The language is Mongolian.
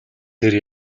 тэр